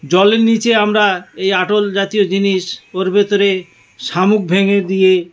জলের নীচে আমরা এই আটল জাতীয় জিনিস ওর ভিতরে শামুক ভেঙে দিয়ে